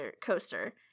coaster